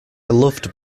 loved